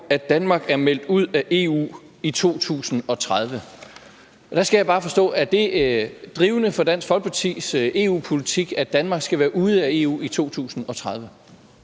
at Danmark er meldt ud af EU i 2030«. Der skal jeg bare forstå: Er det drivende for Dansk Folkepartis EU-politik, at Danmark skal være ude af EU i 2030?